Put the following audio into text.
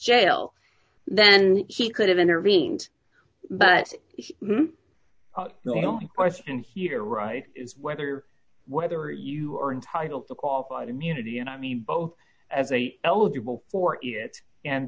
jail then he could have intervened but no i don't question here right is whether whether you are entitled to qualified immunity and i mean both as a eligible for it and